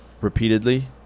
repeatedly